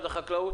החקלאות.